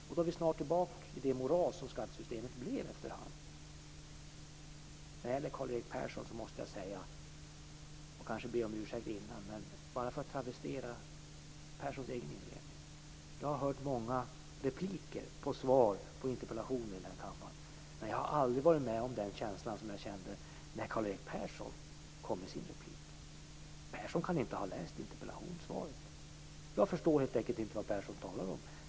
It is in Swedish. Då är vi snart tillbaka till det moras som skattesystemet efter hand blev. Jag vill i förväg nästan be Karl-Erik Persson om ursäkt, men låt mig travestera Perssons egen inledning. Jag har hört många repliker på svar på interpellationer i kammaren, men jag har aldrig haft den känsla som jag kände när Karl-Erik Persson gjorde sin replik. Persson kan inte ha läst interpellationssvaret. Jag förstår helt enkelt inte vad Persson talar om.